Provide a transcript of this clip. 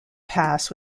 pass